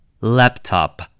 Laptop